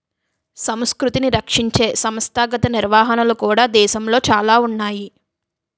సంస్కృతిని రక్షించే సంస్థాగత నిర్వహణలు కూడా దేశంలో చాలా ఉన్నాయి